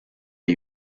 gli